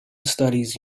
studies